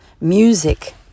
music